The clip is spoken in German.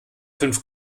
fünf